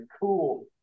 cool